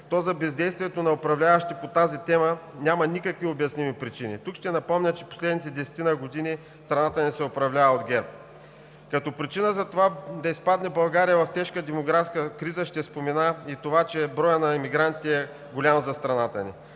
то за бездействието на управляващите по тази тема няма никакви обясними причини. Тук ще напомня, че последните десетина години страната ни се управлява от ГЕРБ. Като причина за това България да изпадне в тежка демографска криза ще спомена и това, че броят на емигрантите е голям за страната ни.